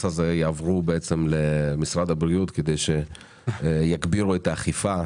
הזה יעברו למשרד הבריאות בשנה כדי שיגבירו את האכיפה.